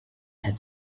had